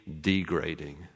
degrading